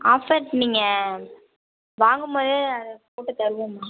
offer நீங்கள் வாங்கும்போதே அதை போட்டு தருவோம்மா